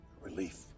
Relief